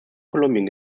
kolumbien